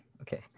Okay